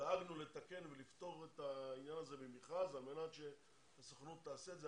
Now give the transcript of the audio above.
דאגנו לתקן ולפתור את הדבר הזה במכרז על מנת שהסוכנות תעשה את זה.